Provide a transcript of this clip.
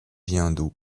hindoue